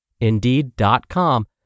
Indeed.com